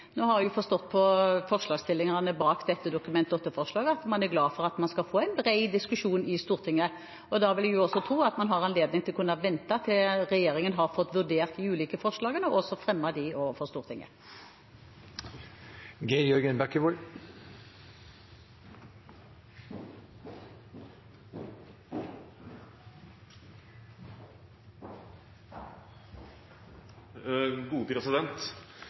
Nå har jeg forstått på forslagsstillerne bak dette Dokument 8-forslaget, at man er glad for at man skal få en bred diskusjon i Stortinget. Da vil jeg også tro at man har anledning til å vente til regjeringen har fått vurdert de ulike forslagene og fremmet dem overfor Stortinget.